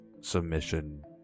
submission